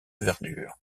verdure